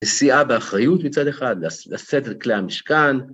נשיאה באחריות מצד אחד, לשאת את כלי המשכן.